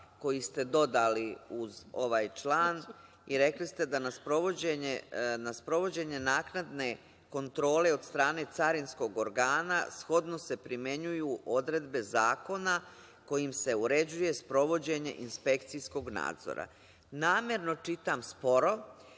koji ste dodali uz ovaj član i rekli ste da na sprovođenje naknadne kontrole od strane carinskog organa, shodno se primenjuju odredbe Zakona kojim se uređuje sprovođenje inspekcijskog nadzora. Namerno čitam sporo,